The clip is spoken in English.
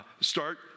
start